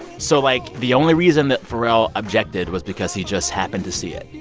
so like, the only reason that pharrell objected was because he just happened to see it.